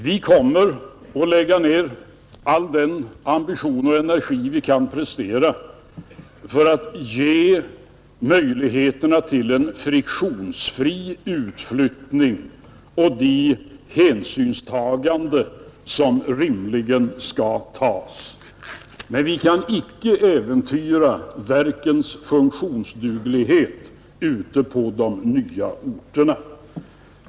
Vi kommer att lägga ner all den ambition och energi vi kan prestera för att ge möjligheterna till en friktionsfri utflyttning och göra de hänsynstaganden som rimligen kan tas, men vi kan icke äventyra verkens funktionsduglighet ute på de nya orterna.